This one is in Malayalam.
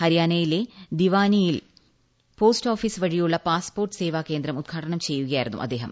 ഹരിയാനയിലെ ദിവാനിയിൽ പോസ്റ്റ് ഓഫീസ് വഴിയുള്ള പാസ്പോർട്ട് സേവാ കേന്ദ്രം ഉദ്ഘാടനം ചെയ്യുകയായിരുന്നു അദ്ദേഹം